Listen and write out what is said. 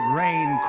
rain